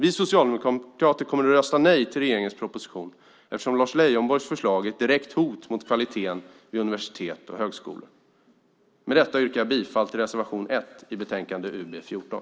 Vi socialdemokrater kommer att rösta nej till regeringens proposition, eftersom Lars Leijonborgs förslag är ett direkt hot mot kvaliteten vid universitet och högskolor. Med detta yrkar jag bifall till reservation 1 i betänkande UbU14.